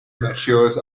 matures